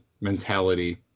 mentality